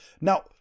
Now